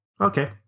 okay